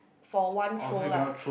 for one throw lah